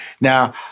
Now